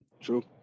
True